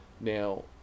Now